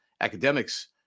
academics